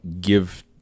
give